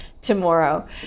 tomorrow